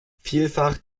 vielfach